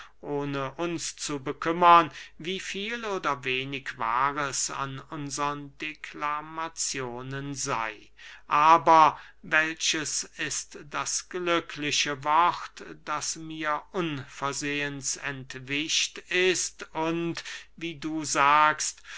ohne uns zu bekümmern wie viel oder wenig wahres an unsern deklamazionen sey aber welches ist das glückliche wort das mir unversehens entwischt ist und wie du sagst